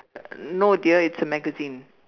no dear it's a magazine